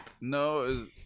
no